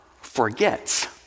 forgets